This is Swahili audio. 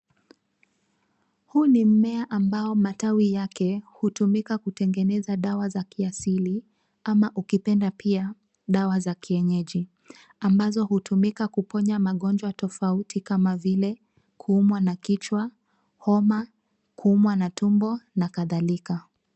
Huu ni mmea ambao matawi yake hutumika kutengeneza dawa za kiasili ama ukipenda pia dawa za kienyeji ambazo hutumika kuponya magonjwa tofauti tofauti kama vile kuumwa na kichwa, homa, kuumwa na tumbo na kadhalika.